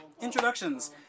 introductions